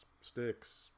Sticks